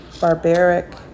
barbaric